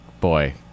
Boy